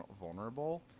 vulnerable